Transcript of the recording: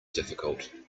difficult